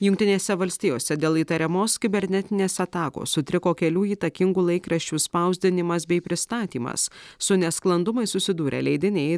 jungtinėse valstijose dėl įtariamos kibernetinės atakos sutriko kelių įtakingų laikraščių spausdinimas bei pristatymas su nesklandumais susidūrė leidiniai